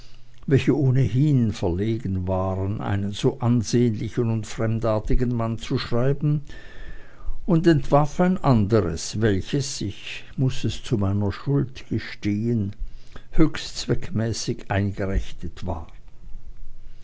welche ohnedies verlegen war an einen so ansehnlichen und fremdartigen mann zu schreiben und entwarf ein anderes welches ich muß es zu meiner schande gestehen höchst zweckmäßig eingerichtet war